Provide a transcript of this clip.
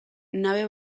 nabe